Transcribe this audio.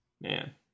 Man